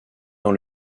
dans